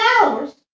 hours